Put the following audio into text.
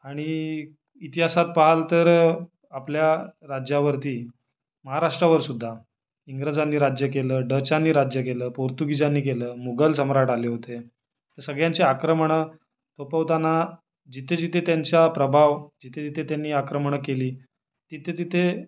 आणि इतिहासात पाहाल तर आपल्या राज्यावरती महाराष्ट्रावरसुद्धा इंग्रजांनी राज्य केलं डचांनी राज्य केलं पोर्तुगीजांनी केलं मुघल सम्राट आले होते त्या सगळ्यांची आक्रमणं थोपवताना जिथेजिथे त्यांचा प्रभाव जिथेजिथे त्यांनी आक्रमणं केली तिथेतिथे